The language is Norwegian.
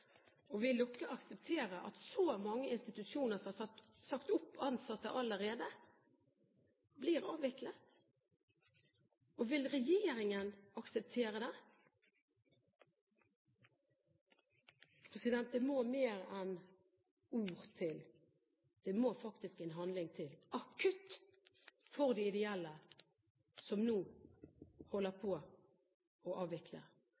dette? Vil de akseptere at så mange institusjoner som har sagt opp ansatte allerede, blir avviklet? Vil regjeringen akseptere det? Det må mer enn ord til. Det må faktisk handling til, akutt, for de ideelle som nå holder på å avvikle.